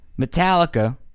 Metallica